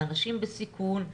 לאנשים בסיכון.